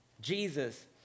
Jesus